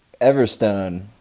Everstone